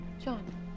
John